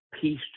peace